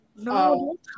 No